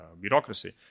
bureaucracy